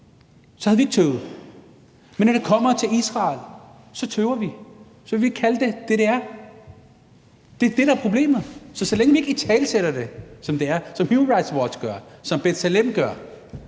Så havde vi ikke tøvet. Men når det kommer til Israel, tøver vi, og så vil vi ikke kalde det det, det er. Det er det, der er problemet. Så så længe vi ikke italesætter det, som det er, som Human Rights Watch gør, som B'Tselem gør,